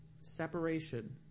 Separation